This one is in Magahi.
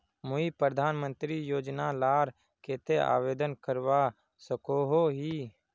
मुई प्रधानमंत्री योजना लार केते आवेदन करवा सकोहो ही?